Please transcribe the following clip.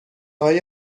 های